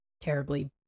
terribly